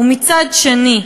ומצד שני,